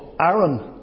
Aaron